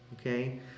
okay